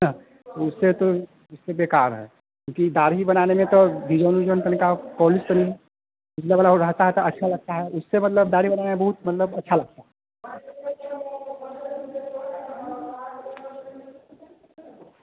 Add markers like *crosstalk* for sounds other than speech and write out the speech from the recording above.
न उससे तो उससे बेकार है क्योंकि दाढ़ी बनाने में तो डीजोन ऊजोन तनि का पॉलिस ओलिस *unintelligible* वाला वह रहता है तो अच्छा लगता है उससे मतलब दाढ़ी बनाने में बहुत मतलब अच्छा लगता है